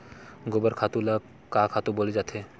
गोबर खातु ल का खातु बोले जाथे?